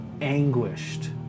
anguished